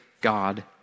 God